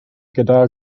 gyda